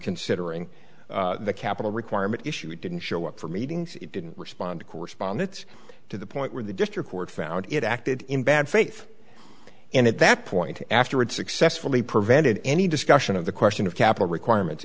considering the capital requirement issue it didn't show up for meetings it didn't respond to correspond it's to the point where the district court found it acted in bad faith and at that point afterward successfully prevented any discussion of the question of capital requirements